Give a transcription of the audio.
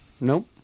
Nope